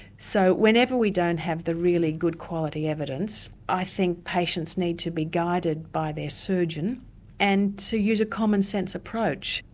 so whenever we don't have the really good quality evidence i think patients need to be guided by their surgeon and to use a common sense approach.